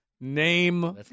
name